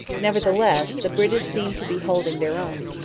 nevertheless, the british seemed to be holding their own.